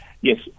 Yes